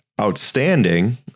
outstanding